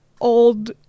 old